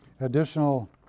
additional